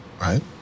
right